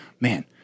Man